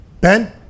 Ben